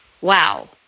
wow